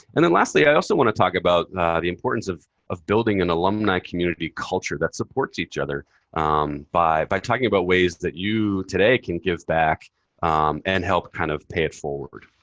and then lastly, i also want to talk about the importance of of building an alumni community culture that supports each other by by talking about ways that you, today, can give back and help kind of pay it forward.